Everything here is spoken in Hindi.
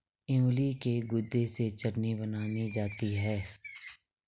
इमली के गुदे से चटनी बनाई जाती है